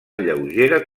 lleugera